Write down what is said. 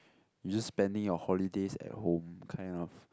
you just spending your holidays at home kind of